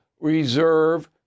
reserve